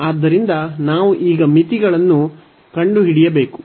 ಆದ್ದರಿಂದ ನಾವು ಈಗ ಮಿತಿಗಳನ್ನು ಕಂಡುಹಿಡಿಯಬೇಕು